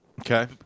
Okay